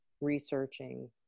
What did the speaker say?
researching